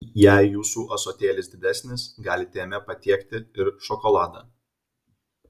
jei jūsų ąsotėlis didesnis galite jame patiekti ir šokoladą